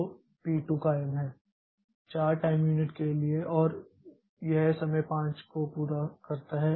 तो पी 2 कायम है 4 टाइम यूनिट के लिए और यह समय 5 को पूरा करता है